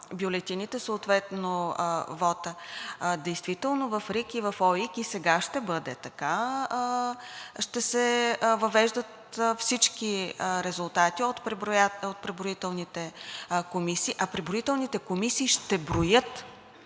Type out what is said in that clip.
бюлетините“, съответно вота. Действително в РИК и в ОИК и сега ще бъде така – ще се въвеждат всички резултати от преброителните комисии. А преброителните комисии ще броят